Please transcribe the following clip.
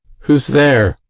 who's there?